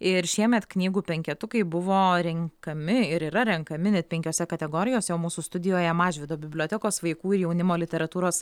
ir šiemet knygų penketukai buvo renkami ir yra renkami net penkiose kategorijose o mūsų studijoje mažvydo bibliotekos vaikų ir jaunimo literatūros